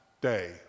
day